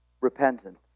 repentance